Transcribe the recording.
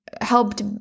helped